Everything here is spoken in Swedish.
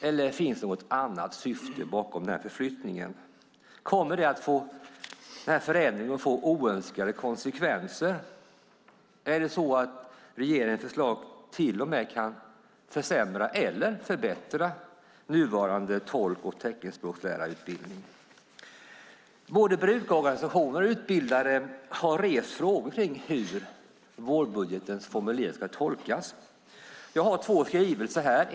Eller finns det något annat syfte bakom förflyttningen? Får förändringen oönskade konsekvenser? Kommer regeringens förslag att försämra eller förbättra nuvarande tolk och teckenspråkslärarutbildning? Både brukarorganisationer och utbildare har rest frågor om hur vårbudgetens formulering ska tolkas. Jag har två skrivelser här.